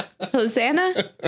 Hosanna